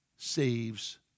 Saves